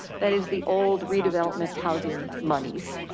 that is the old redevelopment housing monies.